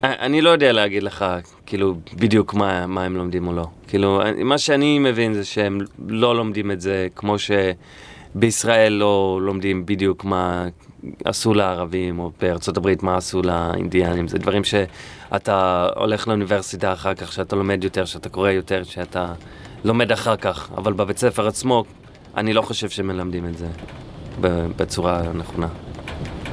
אני לא יודע להגיד לך, כאילו, בדיוק מה הם לומדים או לא. כאילו, מה שאני מבין זה שהם לא לומדים את זה כמו ש... בישראל לא לומדים בדיוק מה עשו לערבים, או בארצות הברית מה עשו לאינדיאנים. זה דברים שאתה הולך לאוניברסיטה אחר כך, כשאתה לומד יותר, כשאתה קורא יותר, כשאתה לומד אחר כך. אבל בבית הספר עצמו, אני לא חושב שהם מלמדים את זה בצורה נכונה.